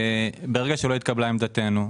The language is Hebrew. ברגע שלא התקבלה עמדתנו,